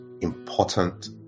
important